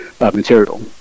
material